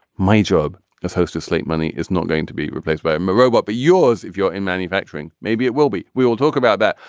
my job as host of slate money is not going to be replaced by um a robot but yours if you're in manufacturing maybe it will be. we will talk about that.